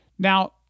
Now